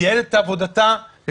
תייעל את עבודתה -- סידורי עבודה ל